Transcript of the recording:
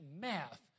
math